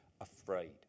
afraid